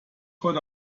heute